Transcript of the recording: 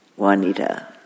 Juanita